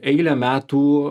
eilę metų